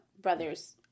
brother's